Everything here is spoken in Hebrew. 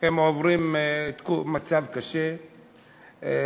הם עוברים מצב קשה,